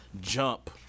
jump